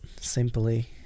simply